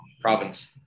province